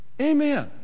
Amen